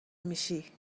میشی